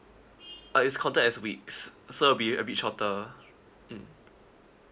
uh is counted as weeks so a bit a bit shorter mm